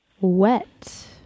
Wet